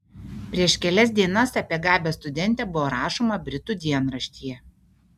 prieš kelias dienas apie gabią studentę buvo rašoma britų dienraštyje